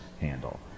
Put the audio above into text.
handle